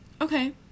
okay